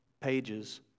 pages